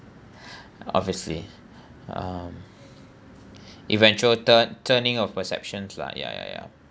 obviously um eventual tur~ turning of perceptions lah ya ya ya